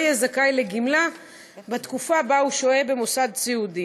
יהיה זכאי לגמלה בתקופה שהוא שוהה במוסד סיעודי.